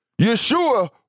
Yeshua